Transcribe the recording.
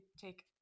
take